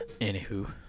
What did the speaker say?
Anywho